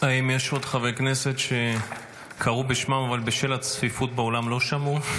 האם יש עוד חברי כנסת שקראו בשמם אבל בשל הצפיפות באולם לא שמעו?